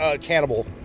cannibal